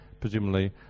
presumably